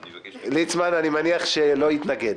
אני מניח שליצמן לא יתנגד.